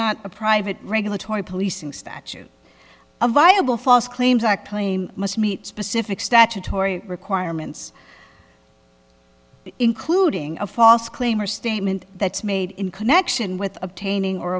not a private regulatory policing statute a viable false claims act claim must meet specific statutory requirements including a false claim or statement that's made in connection with obtaining